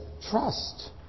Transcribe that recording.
trust